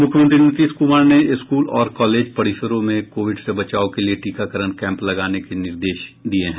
मुख्यमंत्री नीतीश क्मार ने स्कूल और कॉलेज परिसरों में कोविड से बचाव के लिए टीकाकरण कैम्प लगाने के निर्देश दिये हैं